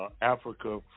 Africa